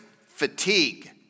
Fatigue